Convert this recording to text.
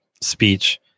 speech